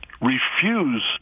refuse